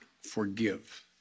forgive